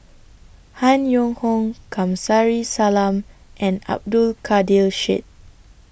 Han Yong Hong Kamsari Salam and Abdul Kadir Syed